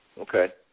Okay